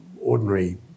ordinary